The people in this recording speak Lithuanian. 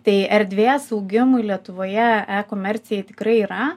tai erdvės augimui lietuvoje e komercijai tikrai yra